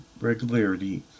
regularity